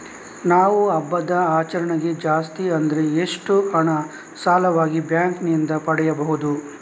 ನಾವು ಹಬ್ಬದ ಆಚರಣೆಗೆ ಜಾಸ್ತಿ ಅಂದ್ರೆ ಎಷ್ಟು ಹಣ ಸಾಲವಾಗಿ ಬ್ಯಾಂಕ್ ನಿಂದ ಪಡೆಯಬಹುದು?